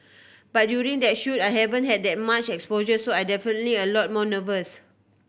but during that shoot I haven't had that much exposure so I definitely a lot more nervous